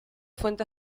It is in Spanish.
fuente